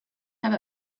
have